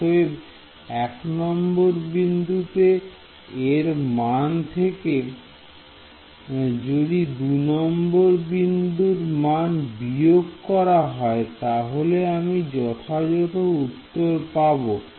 অতএব এক নম্বর বিন্দুতে এর মান থেকে যদি দুনম্বর বিন্দুর মান বিয়োগ করা হয় তাহলে আমি যথাযথ উত্তর পাবো